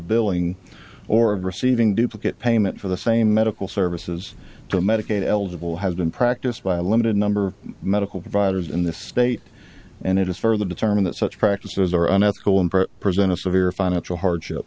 billing or of receiving duplicate payment for the same medical services to medicaid eligible has been practiced by a limited number of medical providers in this state and it is further determine that such practices are unethical and present a severe financial hardship